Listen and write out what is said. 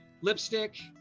lipstick